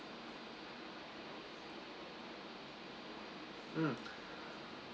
mm